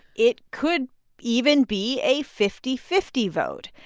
it could even be a fifty fifty vote.